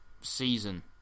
season